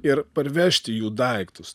ir parvežti jų daiktus